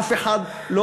אף אחד לא.